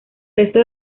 resto